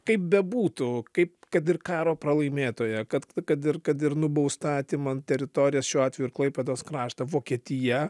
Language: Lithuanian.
kaip bebūtų kaip kad ir karo pralaimėtoja kad kad ir kad ir nubausta atimant teritorijas šiuo atveju ir klaipėdos kraštą vokietija